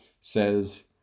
says